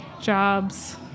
jobs